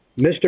Mr